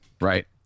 Right